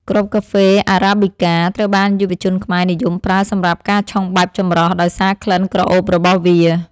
គ្រាប់កាហ្វេអារ៉ាប៊ីកា ត្រូវបានយុវជនខ្មែរនិយមប្រើសម្រាប់ការឆុងបែបចម្រោះ ដោយសារក្លិនក្រអូបរបស់វា។